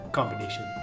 combination